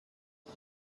ist